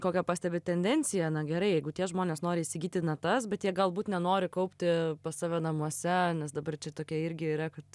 kokią pastebit tendenciją na gerai jeigu tie žmonės nori įsigyti natas bet jie galbūt nenori kaupti pas save namuose nes dabar čia tokia irgi yra kad